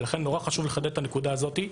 לכן, מאוד חשוב לחדד את הנקודה הזאת.